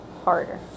harder